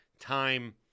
Time